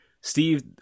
Steve